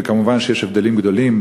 ומובן שיש הבדלים גדולים,